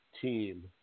team